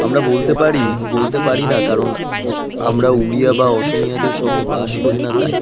আমরা বলতে পারি বলতে পারি না কারণ আমরা উড়িয়া বা অসমীয়াদের সঙ্গে বাস করি না তাই